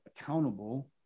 accountable